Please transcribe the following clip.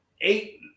eight